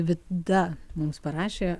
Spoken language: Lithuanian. vida mums parašė